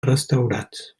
restaurats